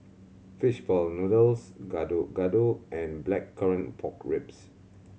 fish ball noodles Gado Gado and Blackcurrant Pork Ribs